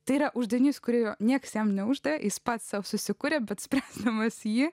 tai yra uždavinys kurio niekas jam neuždavė jis pats susikuria bet spręs seimas jį